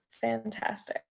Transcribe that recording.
fantastic